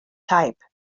type